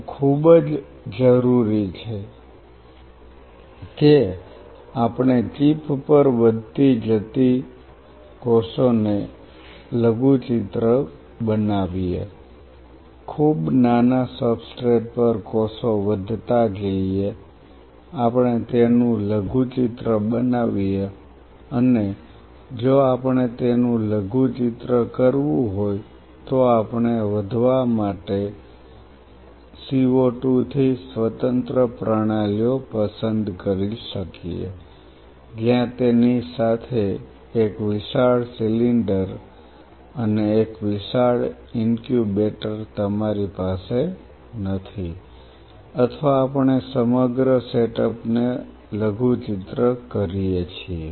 આ ખૂબ જ જરૂરી છે કે આપણે ચીપ પર વધતી જતી કોષોને લઘુચિત્ર બનાવીએ ખૂબ નાના સબસ્ટ્રેટ પર કોષો વધતા જઈએ આપણે તેનું લઘુચિત્ર બનાવીએ અને જો આપણે તેનું લઘુચિત્ર કરવું હોય તો આપણે વધવા માટે CO2 થી સ્વતંત્ર પ્રણાલીઓ પસંદ કરી શકીએ જ્યાં તેની સાથે એક વિશાળ સિલિન્ડર અને એક વિશાળ ઇન્ક્યુબેટર તમારી પાસે નથી અથવા આપણે સમગ્ર સેટઅપને લઘુચિત્ર કરીએ છીએ